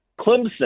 Clemson